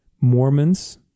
Mormons